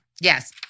Yes